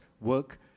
work